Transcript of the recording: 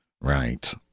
Right